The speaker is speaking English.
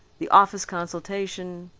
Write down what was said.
the office consultation,